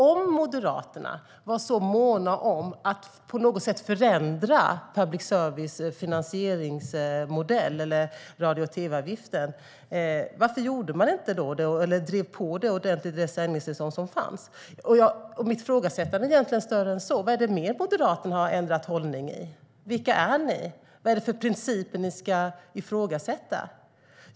Om Moderaterna var så måna om att på något sätt förändra finansieringsmodellen för public service eller radio och tv-avgiften, varför gjorde man inte det då eller drev på det ordentligt i det sändningstillstånd som fanns? Mitt ifrågasättande är egentligen större än så: Vad är det mer Moderaterna har ändrat hållning i? Vilka är ni? Vad är det för principer ni ifrågasätter?